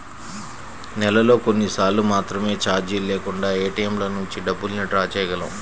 నెలలో కొన్నిసార్లు మాత్రమే చార్జీలు లేకుండా ఏటీఎంల నుంచి డబ్బుల్ని డ్రా చేయగలం